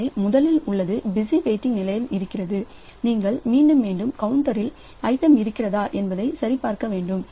எனவே முதலில் உள்ளது பிஸி வெயிட்டிங் நிலையில் இருக்கிறது நீங்கள் மீண்டும் மீண்டும் கவுண்டரில் ஐட்டம் இருக்கிறதா என்பதை சரி பார்க்க வேண்டும்